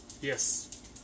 Yes